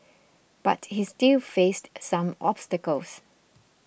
but he still faced some obstacles